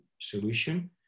solution